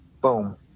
Boom